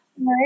Right